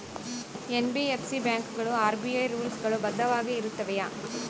NBFC ಬ್ಯಾಂಕುಗಳು RBI rules ಗಳು ಬದ್ಧವಾಗಿ ಇರುತ್ತವೆಯ?